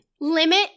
limit